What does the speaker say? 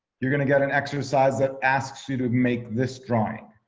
you're gonna get an exercise that asks you to make this drawing.